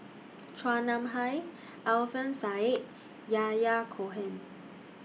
Chua Nam Hai Alfian Sa'at and Yahya Cohen